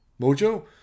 Mojo